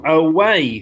away